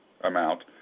Amount